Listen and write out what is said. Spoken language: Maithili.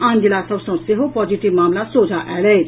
आन जिला सभ सँ सेहो पॉजिटिव मामिला सोझा आयल अछि